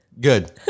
Good